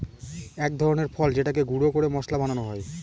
এক ধরনের ফল যেটাকে গুঁড়া করে মশলা বানানো হয়